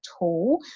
tool